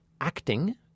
acting